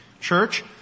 Church